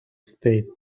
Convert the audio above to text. state